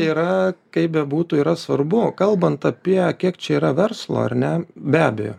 yra kaip bebūtų yra svarbu kalbant apie kiek čia yra verslo ar ne be abejo